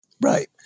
Right